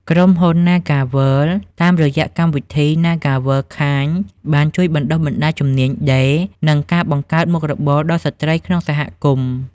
ក្រុមហ៊ុន ណាហ្គាវើលដ៍ (NagaWorld) តាមរយៈកម្មវិធី "NagaWorld Kind" បានជួយបណ្តុះបណ្តាលជំនាញដេរ និងការបង្កើតមុខរបរដល់ស្ត្រីក្នុងសហគមន៍។